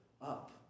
up